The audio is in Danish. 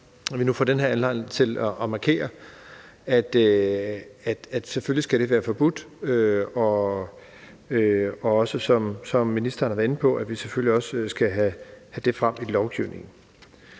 at vi nu får den her anledning til at markere, at det selvfølgelig skal være forbudt, og at vi, som ministeren har været inde på, også skal have det frem i lovgivningen.